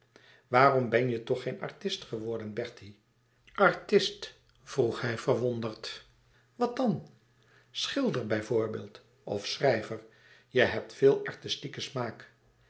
waarom ben je toch geen artist geworden bertie artist vroeg hij verwonderd wat dan schilder bijvoorbeeld of schrijver je hebt veel artistieken smaak